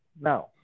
Now